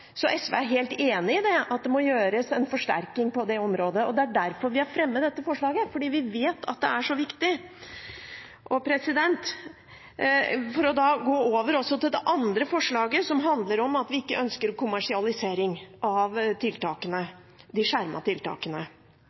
så SV er helt enig i at det må gjøres en forsterkning på dette området. Det er derfor vi har fremmet dette forslaget, fordi vi vet at det er så viktig. Så til det andre forslaget, som handler om at vi ikke ønsker kommersialisering av de skjermede tiltakene.